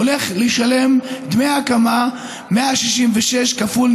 עומד לשלם דמי הקמה 166 שקלים כפול,